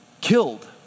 killed